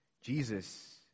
Jesus